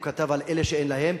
הוא כתב על אלה שאין להם,